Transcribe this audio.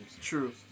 True